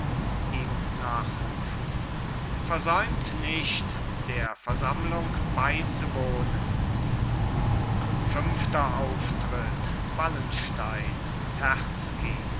ihm nachrufend versäumt nicht der versammlung beizuwohnen fünfter auftritt wallenstein